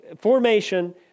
formation